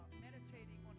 meditating